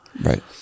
Right